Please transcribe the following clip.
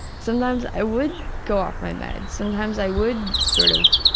sometimes i would go off my meds, sometimes i would sort of